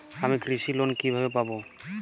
আমি কৃষি লোন কিভাবে পাবো?